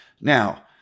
Now